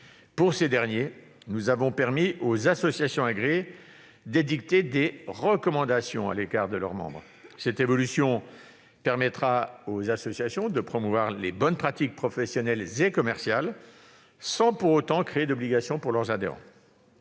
Pour ces derniers, nous avons permis aux associations agréées d'édicter des recommandations à l'égard de leurs membres. Cette évolution permettra aux associations de promouvoir les bonnes pratiques professionnelles et commerciales sans pour autant créer d'obligations pour leurs adhérents.